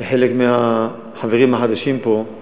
שחלק מהחברים החדשים פה,